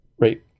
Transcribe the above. Right